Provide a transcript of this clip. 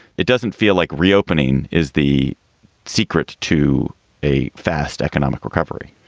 it doesn't feel like reopening is the secret to a fast economic recovery